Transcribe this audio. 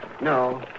No